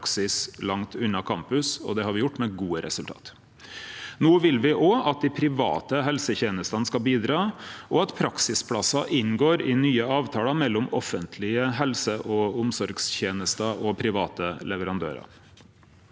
langt unna campus. Det har vi gjort med gode resultat. No vil vi òg at dei private helsetenestene skal bidra, og at praksisplassar inngår i nye avtaler mellom offentlege helse- og omsorgstenester og private leverandørar.